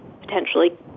potentially